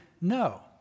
no